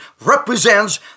represents